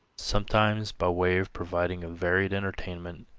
sometimes, by way of providing a varied entertainment,